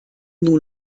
nur